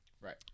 Right